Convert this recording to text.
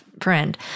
friend